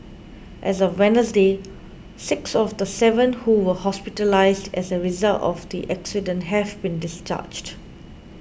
as of Wednesday six of the seven who were hospitalised as a result of the accident have been discharged